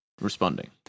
responding